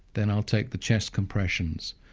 then i'll take the chest compressions.